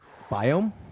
Biome